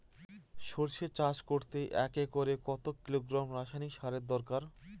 সরষে চাষ করতে একরে কত কিলোগ্রাম রাসায়নি সারের দরকার?